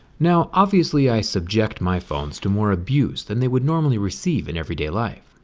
now obviously i subject my phones to more abuse than they would normally receive in every day life.